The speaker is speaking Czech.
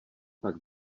pak